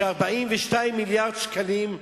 מזה ש-42 מיליארד שקלים,